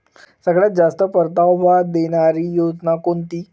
सगळ्यात जास्त परतावा देणारी योजना कोणती?